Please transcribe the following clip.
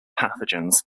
pathogens